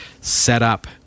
Setup